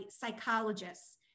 psychologists